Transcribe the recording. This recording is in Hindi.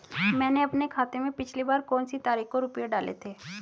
मैंने अपने खाते में पिछली बार कौनसी तारीख को रुपये डाले थे?